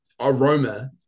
aroma